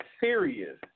serious